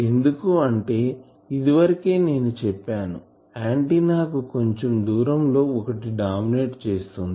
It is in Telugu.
ఎందుకు అంటే ఇది వరకే నేను చెప్పాను ఆంటిన్నా కు కొంచెం దూరం లో ఒకటి డామినేట్ చేస్తుంది